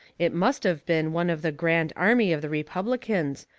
it must of been one of the grand army of the republicans,